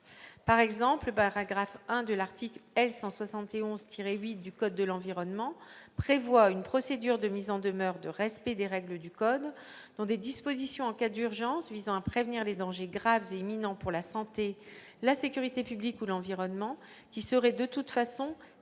Par exemple, le paragraphe I de l'article L. 171-8 du code de l'environnement prévoit une procédure de mise en demeure de respect des règles du code, dont des dispositions en cas d'urgence visant à prévenir les dangers graves et imminents pour la santé, la sécurité publique ou l'environnement, qui seraient de toute façon exclus